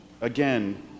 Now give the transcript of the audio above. again